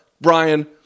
Brian